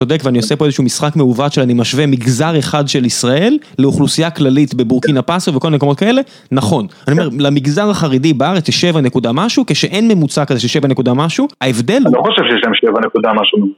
אתה יודע כבר אני עושה פה איזשהו משחק מעוות שאני משווה מגזר אחד של ישראל לאוכלוסייה כללית בבורקינה פסו וכל מקומות כאלה? נכון, אני אומר למגזר החרדי בארץ יש שבע נקודה משהו כשאין ממוצע כזה שיש שבע נקודה משהו ההבדל הוא... אני לא חושב שיש שבע נקודה משהו